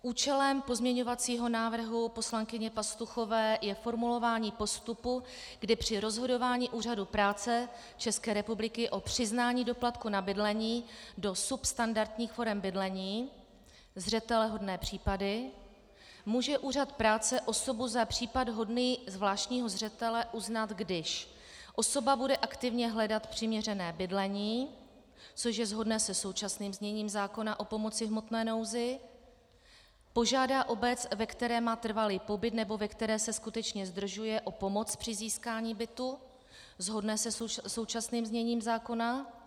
Účelem pozměňovacího návrhu poslankyně Pastuchové je formulování postupu, kdy při rozhodování Úřadu práce ČR o přiznání doplatku na bydlení do substandardních forem bydlení, zřetelehodné případy, může úřad práce osobu za případ hodný zvláštního zřetele uznat, když osoba bude aktivně hledat přiměřené bydlení což je shodné se současným zněním zákona o pomoci v hmotné nouzi; požádá obec, ve které má trvalý pobyt nebo ve které se skutečně zdržuje, o pomoc při získání bytu shodné se současným zněním zákona;